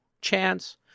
chance